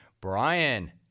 Brian